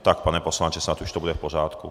Tak, pane poslanče, snad už to bude v pořádku.